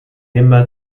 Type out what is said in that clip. aima